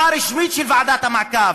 זו הודעה רשמית של ועדת המעקב.